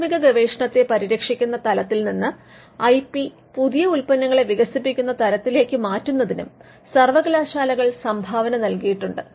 പ്രാഥമിക ഗവേഷണത്തെ പരിരക്ഷിക്കുന്ന തലത്തിൽ നിന്ന് ഐ പി പുതിയ ഉത്പന്നങ്ങളെ വികസിപ്പിക്കുന്ന തരത്തിലേക്ക് മാറ്റുന്നതിനും സർവ്വലാശാലകൾ സംഭാവന നൽകിയിട്ടുണ്ട്